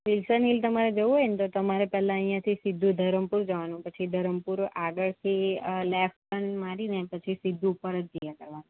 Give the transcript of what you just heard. Wilson hill તમારે જવું હોય ને તો તમારે પહેલાં અહીંયાથી સીધું ધરમપુર જવાનું પછી ધરમપુર આગળથી લેફ્ટ ટર્ન મારી ને પછી સીધું ઉપર જ જયા કરવાનું